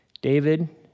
David